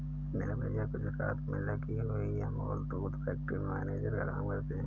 मेरे भैया गुजरात में लगी हुई अमूल दूध फैक्ट्री में मैनेजर का काम करते हैं